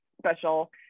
special